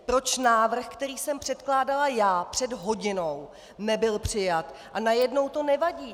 Proč návrh, který jsem předkládala já před hodinou nebyl přijat a najednou to nevadí?